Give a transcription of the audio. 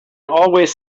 always